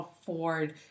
afford